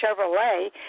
Chevrolet